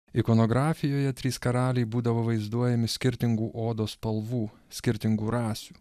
ikonografijoje trys karaliai būdavo vaizduojami skirtingų odos spalvų skirtingų rasių